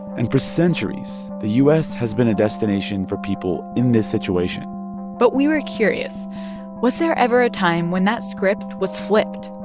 and for centuries, the u s. has been a destination for people in this situation but we were curious was there ever a time when that script was flipped,